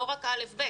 לא רק כיתות א'-ב'.